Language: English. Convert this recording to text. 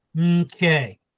Okay